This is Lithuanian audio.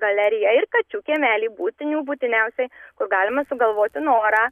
galerija ir kačių kiemelį būtinių būtiniausiai kur galima sugalvoti norą